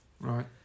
Right